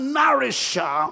nourisher